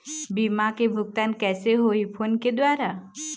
बीमा के भुगतान कइसे होही फ़ोन के द्वारा?